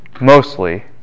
Mostly